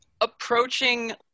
approaching